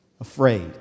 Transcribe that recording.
afraid